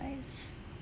wise